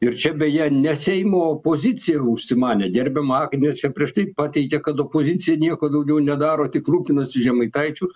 ir čia beje ne seimo opozicija užsimanė gerbiama agnė čia prieš tai pateikė kad opozicija nieko daugiau nedaro tik rūpinasi žemaitaičiu